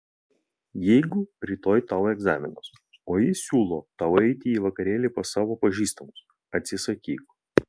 jeigu rytoj tau egzaminas o jis siūlo tau eiti į vakarėlį pas savo pažįstamus atsisakyk